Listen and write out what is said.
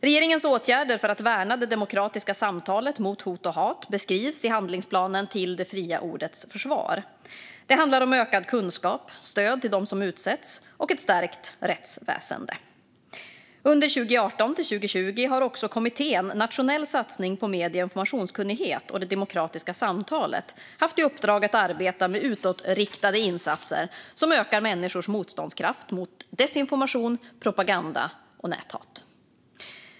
Regeringens åtgärder för att värna det demokratiska samtalet mot hot och hat beskrivs i handlingsplanen Till det fria ordets försvar . Det handlar om ökad kunskap, stöd till dem som utsätts och ett stärkt rättsväsen. Under 2018-2020 har också kommittén Nationell satsning på medie och informationskunnighet och det demokratiska samtalet haft i uppdrag att arbeta med utåtriktade insatser som ökar människors motståndskraft mot desinformation, propaganda och näthat.